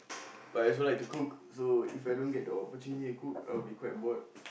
I also like to cook so If I don't get the opportunity to cook I will be quite bored